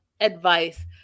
advice